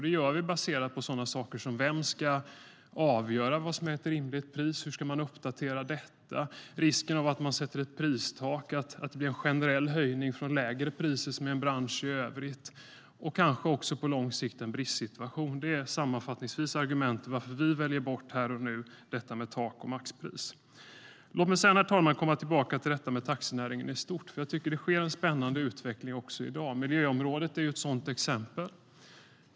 Det gör vi baserat på frågor om vem som ska avgöra vad som är ett rimligt pris, hur priset ska uppdateras, risken att ett pristak leder till en generell höjning från lägre priser för branschen i övrigt och att det kanske också på lång sikt blir en bristsituation. Det är sammanfattningsvis argument för varför vi här och nu väljer bort tak och maxpris. Herr talman! Låt mig komma tillbaka till frågan om taxinäringen i stort. Det sker en spännande utveckling i dag. Miljöområdet är ett sådant exempel.